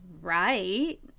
right